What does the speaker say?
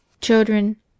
Children